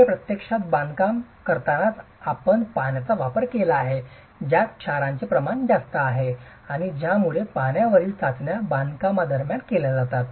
हे प्रत्यक्षात बांधकाम करतानाच आपण पाण्याचा वापर केला आहे ज्यात क्षारांचे प्रमाण जास्त आहे आणि यामुळेच पाण्यावरील चाचण्या बांधकामादरम्यान केल्या जातात